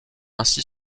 ainsi